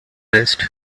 best